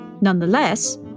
Nonetheless